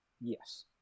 Yes